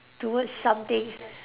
towards something